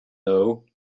know